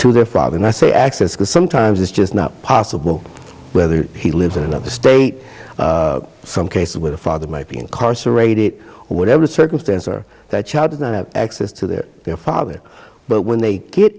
to their father and i say access because sometimes it's just not possible whether he lives in another state some case where the father might be incarcerated whatever circumstance or that child does not have access to that their father but when they get